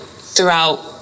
throughout